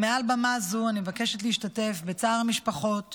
מעל במה זו אני מבקשת להשתתף בצער המשפחות